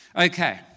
Okay